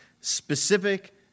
specific